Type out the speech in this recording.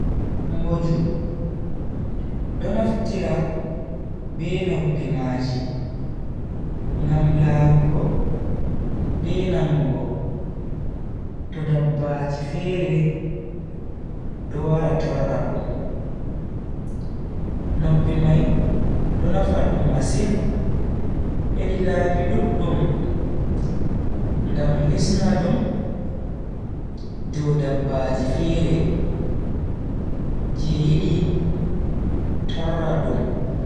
Mboju do naftira be noppi maji ngam larugo be nanugo to dabbaji fere do wara torra dum. Noppi mai do nafa dum masin hedi laabi duddum ngam hisna dum dow dabbaji fere je yidi torra dum.